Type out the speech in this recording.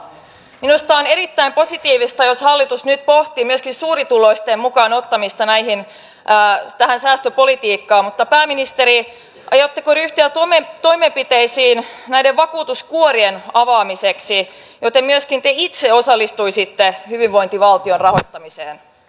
minusta on erittäin positiivista jos hallitus nyt pohtii myöskin suurituloisten mukaan ottamista tähän säästöpolitiikkaan mutta pääministeri aiotteko ryhtyä toimenpiteisiin näiden vakuutuskuorien avaamiseksi jolloin myöskin te itse osallistuisitte hyvinvointivaltion rahoittamiseen